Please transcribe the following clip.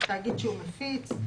תאגיד שהוא מפיץ,